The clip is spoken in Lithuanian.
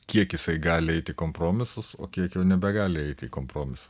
kiek jisai gali eiti į kompromisus o kiek jau nebegali eiti į kompromisus